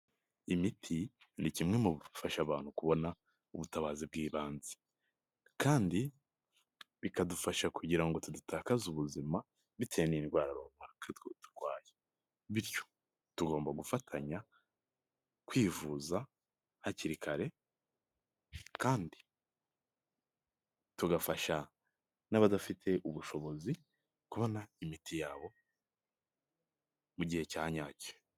Imiti ni kimwe mu bifasha abantu kubona ubutabazi bw'ibanze kandi bikadufasha kugira ngo tudatakaze ubuzima bitewe n'indwara runaka twaba turwaye, bityo tugomba gufatanya kwivuza hakiri kare kandi tugafasha n'abadafite ubushobozi kubona imiti yabo mu gihe cya nyacyo.